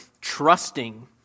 trusting